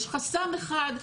יש חסם אחד,